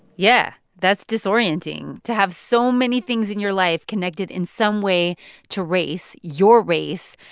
yeah. that's disorienting to have so many things in your life connected in some way to race, your race,